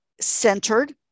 centered